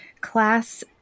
class